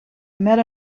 meta